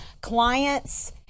clients